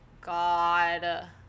God